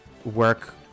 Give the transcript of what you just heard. work